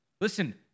Listen